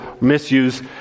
misuse